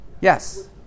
Yes